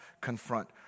confront